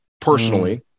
personally